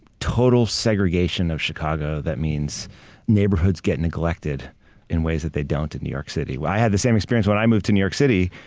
total segregation of chicago. that means neighborhoods get neglected in ways that they don't in new york city. i had the same experience when i moved to new york city.